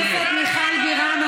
מיכל בירן,